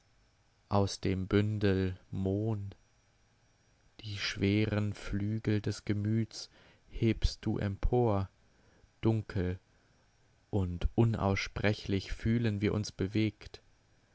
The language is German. aus dem bündel mohn die schweren flügel des gemüts hebst du empor dunkel und unaussprechlich fühlen wir uns bewegt